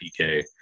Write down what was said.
PK